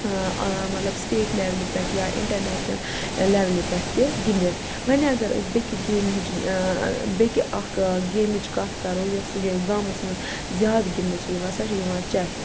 ٲں مطلب سِٹیٹ لیٚولہِ پٮ۪ٹھ یا اِنٹَرنیشنَل لیٚولہِ پٮ۪ٹھ تہِ گِندِتھ وۄنۍ اَگر أسۍ بیٚکہِ گیمہِ ہِچھ ٲں بیٚکہِ اَکھ گیمِچ کَتھ کَرو یۄس گامَس مَنٛز زیادٕ گِندنہٕ چھے یِوان سۄ چھے یِوان چَس